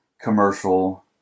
commercial